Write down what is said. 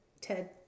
TED